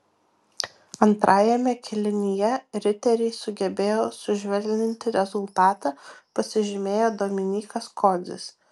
antrajame kėlinyje riteriai sugebėjo sušvelninti rezultatą pasižymėjo dominykas kodzis